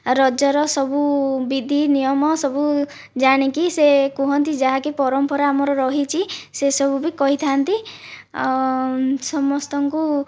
ଆଉ ରଜର ସବୁ ବିଧି ନିୟମ ସବୁ ଜାଣିକି ସେ କୁହନ୍ତି ଯାହାକି ପରମ୍ପରା ଆମର ରହିଛି ସେସବୁ ବି କହିଥା'ନ୍ତି ସମସ୍ତଙ୍କୁ